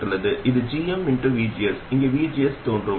இது gmvgs இங்கே vgs தோன்றும்